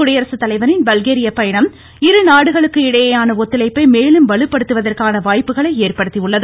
குடியரசுத்தலைவரின் பல்கேரிய பயணம் இருநாடுகளுக்கு இடையேயான ஒத்துழைப்பை மேலும் வலுப்படுத்துவதற்கான வாய்ப்புகளை ஏற்படுத்தியுள்ளது